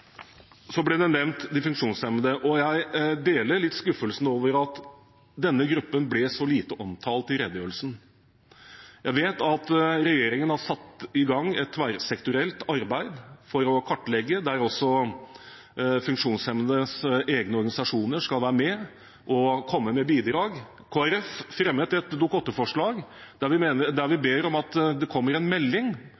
Så ble de funksjonshemmede nevnt. Jeg deler litt skuffelsen over at denne gruppen ble så lite omtalt i redegjørelsen. Jeg vet at regjeringen har satt i gang et tverrsektorielt arbeid for å kartlegge, der også de funksjonshemmedes egne organisasjoner skal være med og komme med bidrag. Kristelig Folkeparti fremmet et Dokument 8-forslag der vi